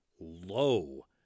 low